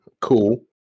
Cool